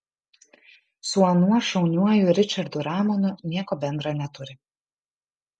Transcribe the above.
su anuo šauniuoju ričardu ramonu nieko bendra neturi